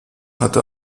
hatte